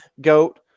GOAT